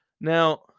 Now